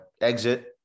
exit